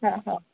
हां हां